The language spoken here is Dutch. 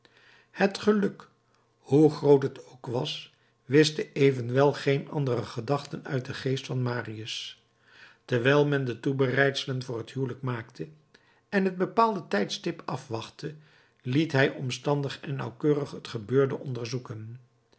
het geluk hoe groot het ook was wischte evenwel geen andere gedachten uit den geest van marius terwijl men de toebereidselen voor het huwelijk maakte en het bepaalde tijdstip afwachtte liet hij omstandig en nauwkeurig het gebeurde onderzoeken